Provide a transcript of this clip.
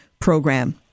program